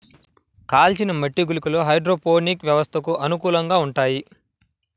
కాల్చిన మట్టి గుళికలు హైడ్రోపోనిక్ వ్యవస్థలకు అనుకూలంగా ఉంటాయి